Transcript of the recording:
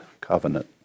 covenant